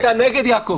אתה נגד יעקב?